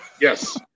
Yes